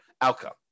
outcome